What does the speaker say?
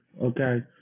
okay